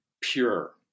pure